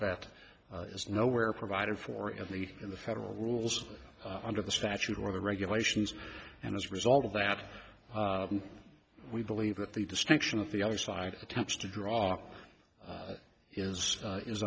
that is nowhere provided for in the in the federal rules under the statute or the regulations and as a result of that we believe that the distinction of the other side attempts to draw is is u